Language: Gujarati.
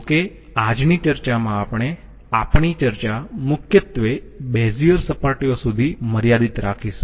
જો કે આજની ચર્ચામાં આપણે આપણી ચર્ચા મુખ્યત્વે બેઝિયર સપાટીઓ સુધી મર્યાદિત રાખીશુ